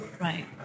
right